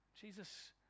Jesus